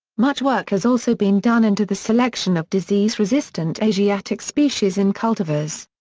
much work has also been done into the selection of disease-resistant asiatic species and cultivars.